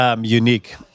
unique